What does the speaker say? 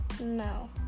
No